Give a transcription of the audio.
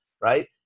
right